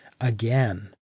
again